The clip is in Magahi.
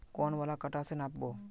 कौन वाला कटा से नाप बो?